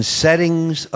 settings